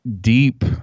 deep